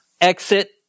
Exit